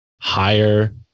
higher